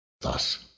Thus